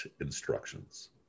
instructions